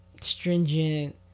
stringent